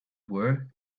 were